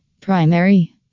primary